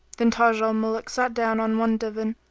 then taj al-muluk sat down on one divan,